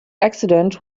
accident